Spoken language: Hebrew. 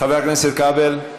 חבר הכנסת כבל,